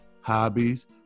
hobbies